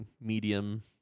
medium